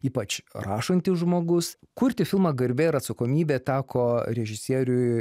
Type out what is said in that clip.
ypač rašantis žmogus kurti filmą garbė ir atsakomybė teko režisieriui